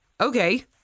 Okay